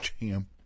champ